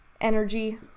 energy